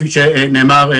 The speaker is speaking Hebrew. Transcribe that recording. כפי שנאמר,